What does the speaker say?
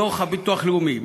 דוח הביטוח הלאומי,